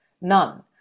None